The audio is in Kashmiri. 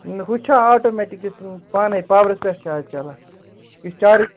ہُہ چھا آٹومیٹِک یُس پانَے پاورَس پٮ۪ٹھ چھِ اَز چَلان یُس چارٕج